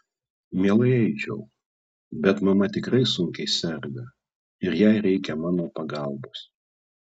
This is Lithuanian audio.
mielai eičiau bet mama tikrai sunkiai serga ir jai reikia mano pagalbos